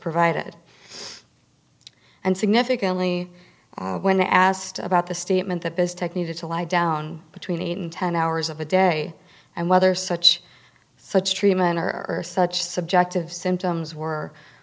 provided and significantly when i asked about the statement that this tech needed to lie down between eight and ten hours of a day and whether such such treatment or ers such subjective symptoms were were